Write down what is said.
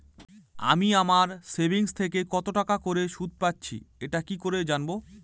আমি আমার সেভিংস থেকে কতটাকা করে সুদ পাচ্ছি এটা কি করে জানব?